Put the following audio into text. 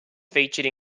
featured